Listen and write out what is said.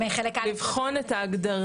לבחון את ההגדרה.